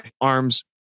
arms